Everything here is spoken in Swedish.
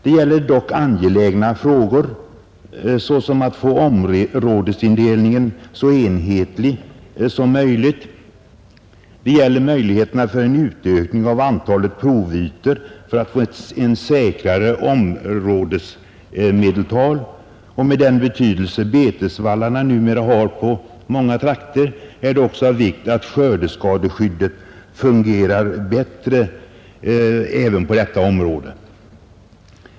Det gäller dock angelägna frågor såsom att få områdesindelningen så enhetlig som möjligt. Det gäller möjligheterna för en utökning av antalet provytor för att få ett säkrare områdesmedeltal, och med den betydelsen betesvallarna numera har i många trakter är det också av vikt att skördeskadeskyddet fungerar bättre även på detta område.